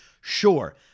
Sure